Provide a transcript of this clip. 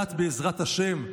כלכלת בעזרת השם?